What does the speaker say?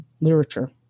literature